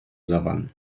savannen